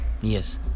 Yes